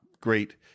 great